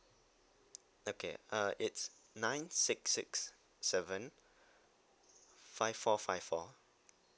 okay uh it's nine six six seven five four five four